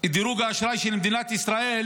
את דירוג האשראי של מדינת ישראל,